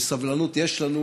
וסבלנות יש לנו.